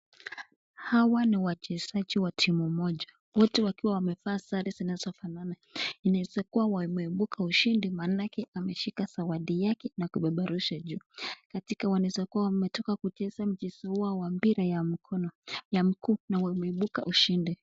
Hawa ni wachezaji wa timu moja, wote wakiwa wamevaa sare zinazofanana, inaweza kuwa wameibuka ushindi manake wameshika zawadi yake na kupeperusha juu. Wanaweza kuwa wametoka kucheza mchezo yao ya mpira ya mkono ya mguu na wameibuka mshindi.